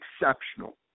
Exceptional